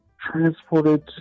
transported